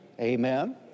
amen